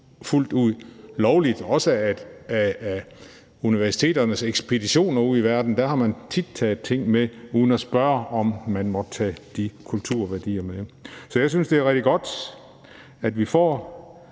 Det gælder også universiteternes ekspeditioner ude i verden, hvor man tit har taget kulturværdier med uden at spørge, om man måtte tage dem. Så jeg synes, det er rigtig godt, at vi får